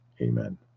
Amen